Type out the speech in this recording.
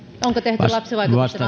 onko tehty lapsivaikutusten